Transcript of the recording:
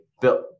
Built